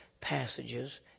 passages